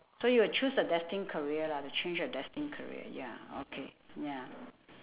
so you will choose a destined career lah to change your destined career ya okay ya